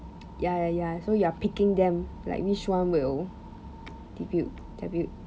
ya ya ya so you are picking them like which one will debut debut